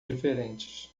diferentes